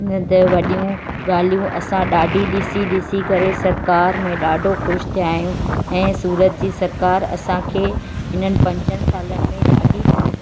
हिननि ते वॾियूं ॻाल्हियूं असां ॾाढी ॾिसी ॾिसी करे सरकार में ॾाढो खुश थिया आहियूं ऐं सूरत जी सरकारु असांखे हिननि पंजनि सालनि में ॾाढी तरक़ी